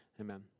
Amen